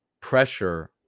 pressure